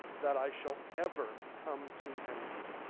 that i shall ever come to anything,